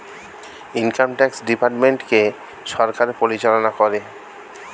income tax ডিপার্টমেন্টকে সরকার পরিচালনা করে